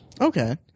Okay